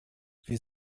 wir